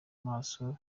amaso